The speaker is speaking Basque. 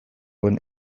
duen